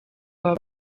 aba